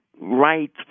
right